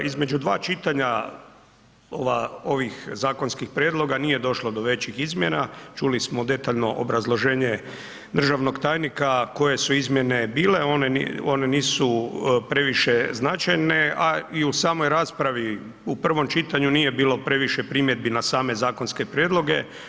Između dva čitanja ovih zakonskih prijedloga nije došlo do većih izmjena, čuli smo detaljno obrazloženje državnog tajnika koje su izmjene bile, one nisu previše značajne, a i u samoj raspravi u prvom čitanju nije bilo previše primjedbi na same zakonske prijedloge.